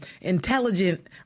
intelligent